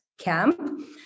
camp